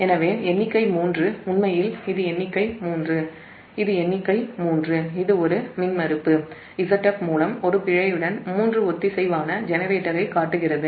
எனவே எண்ணிக்கை 3 உண்மையில் இது ஒரு மின்மறுப்பு Zf மூலம் ஒரு பிழையுடன் மூன்று ஒத்திசைவான ஜெனரேட்டரைக் காட்டுகிறது